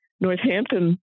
Northampton